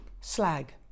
slag